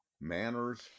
manners